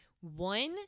One